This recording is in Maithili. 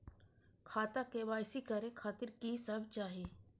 खाता के के.वाई.सी करे खातिर की सब चाही?